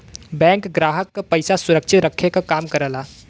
bank ग्राहक क पइसा सुरक्षित रखे क काम करला